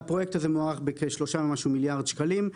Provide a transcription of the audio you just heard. הפרויקט הזה מוערך בכ-3 מיליארד שקלים.